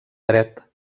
dret